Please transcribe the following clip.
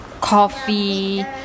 coffee